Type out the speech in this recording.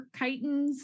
chitons